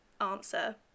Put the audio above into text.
answer